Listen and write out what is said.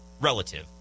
relative